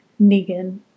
Negan